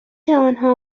آنها